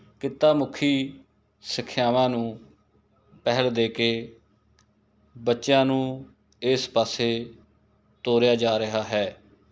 ਕਿੱਤਾ ਮੁਖੀ ਸਿੱਖਿਆਵਾਂ ਨੂੰ ਪਹਿਲ ਦੇ ਕੇ ਬੱਚਿਆਂ ਨੂੰ ਇਸ ਪਾਸੇ ਤੋਰਿਆ ਜਾ ਰਿਹਾ ਹੈ